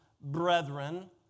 brethren